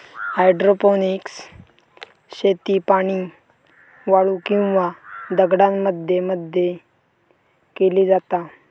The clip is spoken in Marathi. हायड्रोपोनिक्स शेती पाणी, वाळू किंवा दगडांमध्ये मध्ये केली जाता